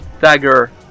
dagger